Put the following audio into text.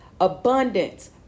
abundance